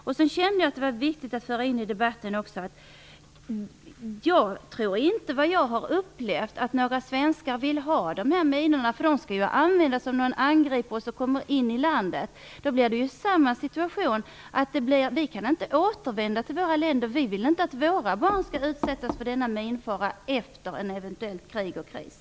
Jag kände att det var viktigt att föra in i debatten också att svenskarna - efter vad jag har erfarit - inte vill ha dessa minor. De skall ju användas mot en angripare som kommer in i landet. Då kan det bli en sådan situation att vi inte kan återvända till vårt land. Vi vill inte att våra barn skall utsättas för minfara efter ett eventuellt krig eller en kris.